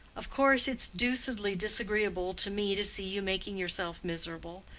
of course, its deucedly disagreeable to me to see you making yourself miserable.